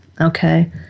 Okay